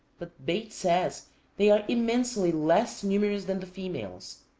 but bates says they are immensely less numerous than the females.